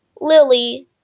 Lily